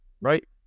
Right